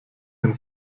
ein